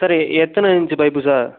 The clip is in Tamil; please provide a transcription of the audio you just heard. சரி எத்தனை இன்ச் பைப் சார்